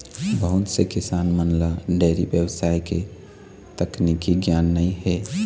बहुत से किसान मन ल डेयरी बेवसाय के तकनीकी गियान नइ हे